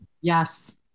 Yes